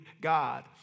God